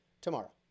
tomorrow